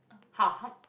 [huh] how